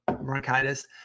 bronchitis